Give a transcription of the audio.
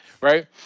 right